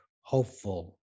hopeful